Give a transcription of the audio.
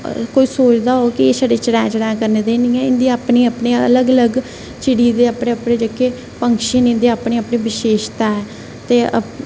कोई सोचदा होग कि एह् छड़े चड़ैं चड़ैं करने आस्तै निं ऐ इं'दी अपनी अपनी अलग अलग चिड़ियें दे अपने अपने जेह्के पंछी न इं'दे अपने अपने विशेशता ऐ ते अपने